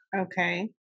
Okay